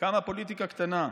כמה פוליטיקה קטנה,